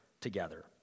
together